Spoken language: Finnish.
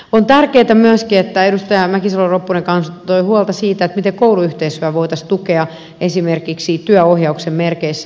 on tärkeätä myöskin edustaja mäkisalo ropponen kantoi huolta siitä miten kouluyhteisöä voitaisiin tukea esimerkiksi työnohjauksen merkeissä